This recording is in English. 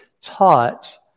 taught